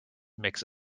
makes